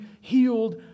healed